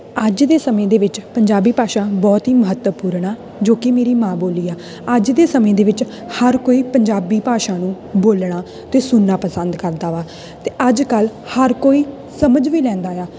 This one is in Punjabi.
ਅੱਜ ਦੇ ਸਮੇਂ ਦੇ ਵਿੱਚ ਪੰਜਾਬੀ ਭਾਸ਼ਾ ਬਹੁਤ ਹੀ ਮਹੱਤਵਪੂਰਨ ਆ ਜੋ ਕਿ ਮੇਰੀ ਮਾਂ ਬੋਲੀ ਆ ਅੱਜ ਦੇ ਸਮੇਂ ਦੇ ਵਿੱਚ ਹਰ ਕੋਈ ਪੰਜਾਬੀ ਭਾਸ਼ਾ ਨੂੰ ਬੋਲਣਾ ਅਤੇ ਸੁਣਨਾ ਪਸੰਦ ਕਰਦਾ ਵਾ ਅਤੇ ਅੱਜ ਕੱਲ੍ਹ ਹਰ ਕੋਈ ਸਮਝ ਵੀ ਲੈਂਦਾ ਆ